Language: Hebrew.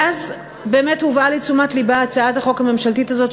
ואז באמת הובאה לתשומת לבה הצעת החוק הממשלתית הזאת,